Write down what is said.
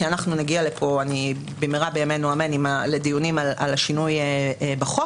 אנחנו נגיע לפה במהרה בימינו אמן לדיונים על השינוי בחוק